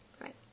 Right